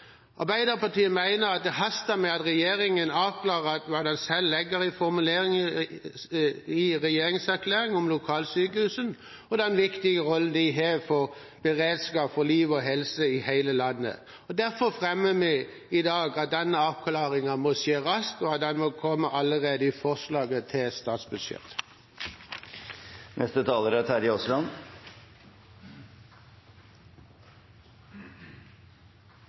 Arbeiderpartiet mener at det haster med at regjeringen avklarer hva den selv legger i formuleringen i regjeringserklæringen om lokalsykehusene og den viktige rollen de har for beredskap for liv og helse i hele landet. Derfor fremmer vi i dag forslag om at denne avklaringen må skje raskt, og at den må komme allerede i forslaget til statsbudsjett. Denne saken har en ekstra nerve og en ekstra dimensjon. Det handler om Telemark. Det er